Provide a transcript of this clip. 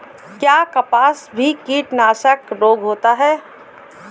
क्या कपास में भी कीटनाशक रोग होता है?